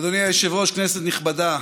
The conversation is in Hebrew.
אדוני היושב-ראש, כנסת נכבדה,